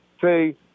say